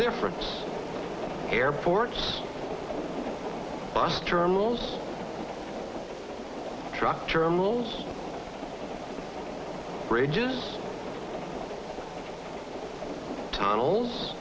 difference airports bus terminals truck terminals bridges tunnels